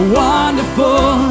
wonderful